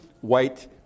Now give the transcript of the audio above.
white